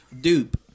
Dupe